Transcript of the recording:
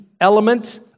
element